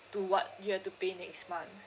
to what you have to pay next month